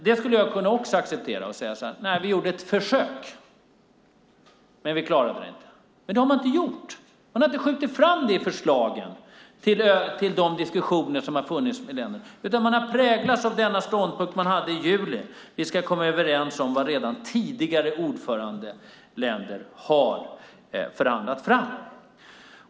Det skulle jag också kunna acceptera och säga så här: Vi gjorde ett försök men vi klarade det inte. Men det har man inte gjort. Man har inte skjutit fram det förslaget till de diskussioner som har förts, utan man har präglats av den ståndpunkt man hade juli. Vi ska komma överens om vad tidigare ordförandeländer redan har förhandlat fram.